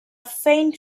faint